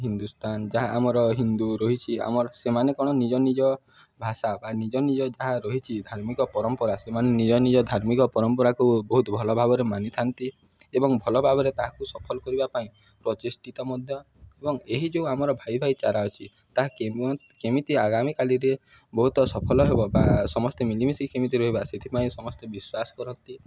ହିନ୍ଦୁସ୍ତାନ ଯାହା ଆମର ହିନ୍ଦୁ ରହିଛି ଆମର ସେମାନେ କ'ଣ ନିଜ ନିଜ ଭାଷା ବା ନିଜ ନିଜ ଯାହା ରହିଛି ଧାର୍ମିକ ପରମ୍ପରା ସେମାନେ ନିଜ ନିଜ ଧାର୍ମିକ ପରମ୍ପରାକୁ ବହୁତ ଭଲ ଭାବରେ ମାନିଥାନ୍ତି ଏବଂ ଭଲ ଭାବରେ ତାହାକୁ ସଫଳ କରିବା ପାଇଁ ପ୍ରଚେଷ୍ଟିତ ମଧ୍ୟ ଏବଂ ଏହି ଯେଉଁ ଆମର ଭାଇ ଭାଇ ଚାରା ଅଛି ତାହା କେମିତି ଆଗାମୀ କାଲିରେ ବହୁତ ସଫଳ ହେବ ବା ସମସ୍ତେ ମିଳିମିଶି କେମିତି ରହିବା ସେଥିପାଇଁ ସମସ୍ତେ ବିଶ୍ୱାସ କରନ୍ତି